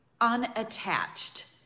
unattached